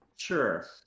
sure